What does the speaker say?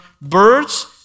birds